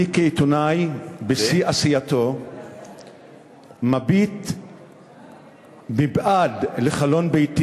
אני כעיתונאי בשיא עשייתו מביט מבעד לחלון ביתי